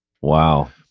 Wow